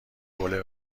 حوله